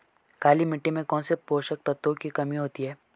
काली मिट्टी में कौनसे पोषक तत्वों की कमी होती है?